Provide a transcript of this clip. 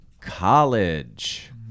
college